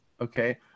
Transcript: Okay